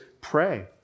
pray